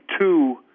two